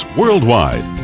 worldwide